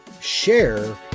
share